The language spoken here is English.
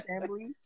family